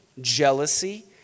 jealousy